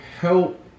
help